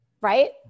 right